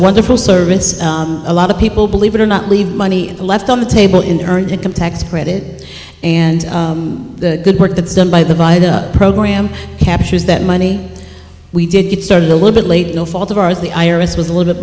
wonderful service a lot of people believe it or not leave money left on the table in earned income tax credit and the good work that's done by the by the program captures that money we did get started a little bit late no fault of ours the i r s was a little bit